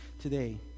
today